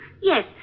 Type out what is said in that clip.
Yes